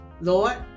lord